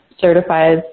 certifies